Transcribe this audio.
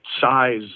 size